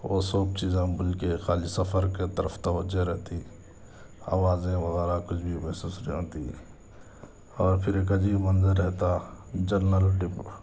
وہ سب چیزیں ہم بھول کے خالی سفر کی طرف توجہ رہتی آوازیں وغیرہ کچھ بھی محسوس نہیں ہوتی اور پھر ایک عجیب منظر رہتا جنرل ڈبہ